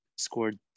Scored